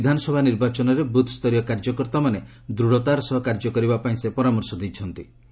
ଆଗାମୀ ବିଧାନସଭା ନିର୍ବାଚନରେ ବୁଥ୍ୟରୀୟ କାର୍ଯ୍ୟକର୍ତ୍ତାମାନେ ଦୃଢ଼ତାର ସହ କାର୍ଯ୍ୟ କରିବାପାଇଁ ସେ ପରାମର୍ଶ ଦେଇଛନ୍ତି